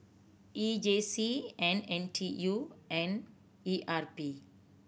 E J C and N T U and E R P